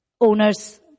owner's